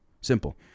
Simple